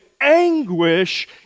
anguish